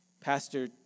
Pastor